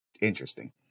interesting